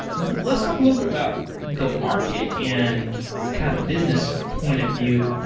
let's talk a little bit about the market and kind of the business point of view.